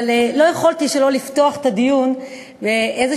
אבל לא יכולתי שלא לפתוח את הדיון באיזשהו